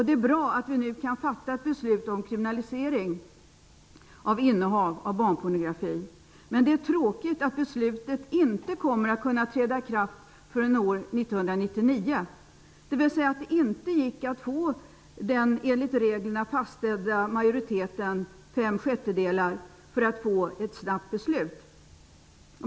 Det är bra att vi nu kan fatta ett beslut om kriminalisering av innehav av barnpornografi. Men det är tråkigt att beslutet inte kommer att kunna träda i kraft förrän år 1999, dvs. att det inte gick att få den enligt reglerna fastställda majoriteten fem sjättedelar för att få ett snabbt beslut.